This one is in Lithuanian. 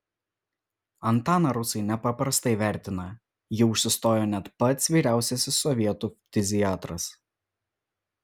antaną rusai nepaprastai vertina jį užsistojo net pats vyriausiasis sovietų ftiziatras